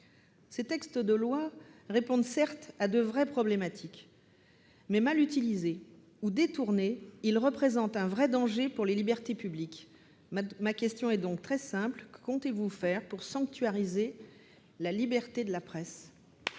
Ces textes de loi répondent, certes, à de vraies problématiques, mais, mal utilisés ou détournés, ils représentent un vrai danger pour les libertés publiques. Que comptez-vous faire pour sanctuariser la liberté de la presse ?